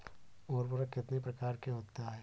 उर्वरक कितनी प्रकार के होता हैं?